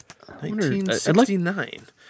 1969